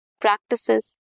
practices